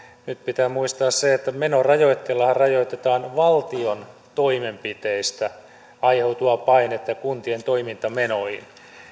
nyt pitää muistaa se että menorajoitteellahan rajoitetaan valtion toimenpiteistä aiheutuvaa painetta kuntien toimintamenoihin